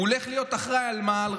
הוא הולך להיות אחראי על מה?